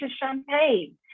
champagne